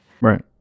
Right